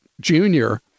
junior